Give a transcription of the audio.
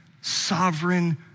sovereign